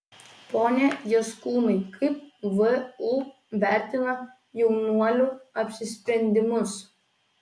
pone jaskūnai kaip vu vertina jaunuolių apsisprendimus